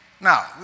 Now